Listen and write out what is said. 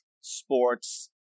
sports